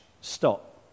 stop